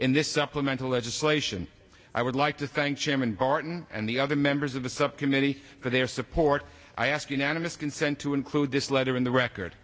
in this supplemental legislation i would like to thank chairman barton and the other members of the subcommittee for their support i ask unanimous consent to include this letter in the record